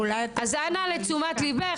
אז אנא לתשומת ליבך,